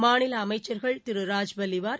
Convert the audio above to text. மாநில அமைச்சர்கள் திரு ராஜ்பலிவார்